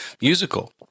musical